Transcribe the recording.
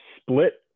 split